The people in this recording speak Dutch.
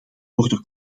worden